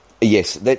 yes